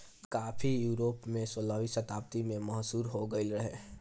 काफी यूरोप में सोलहवीं शताब्दी में मशहूर हो गईल रहे